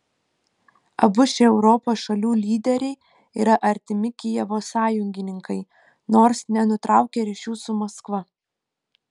abu šie europos šalių lyderiai yra artimi kijevo sąjungininkai nors nenutraukia ryšių su maskva